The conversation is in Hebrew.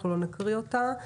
אנחנו לא נקריא אותה.